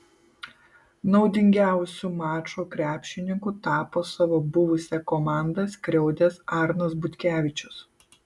naudingiausiu mačo krepšininku tapo savo buvusią komandą skriaudęs arnas butkevičius